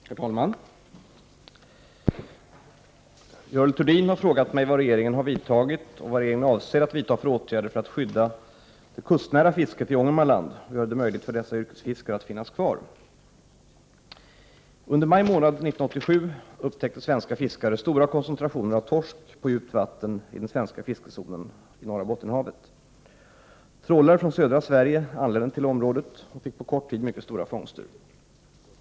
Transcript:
Herr talman! Görel Thurdin har frågat mig vad regeringen har vidtagit, och vad regeringen avser att vidta, för åtgärder för att skydda det kustnära fisket i Ångermanland och göra det möjligt för dessa yrkesfiskare att finnas kvar. Under maj månad 1987 upptäckte svenska fiskare stora koncentrationer av torsk på djupt vatten i den svenska fiskezonen av norra Bottenhavet. Trålare från södra Sverige anlände till området och fick på kort tid mycket stora fångster.